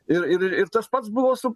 ir ir ir tas pats buvo su